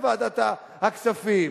בוועדת הכספים,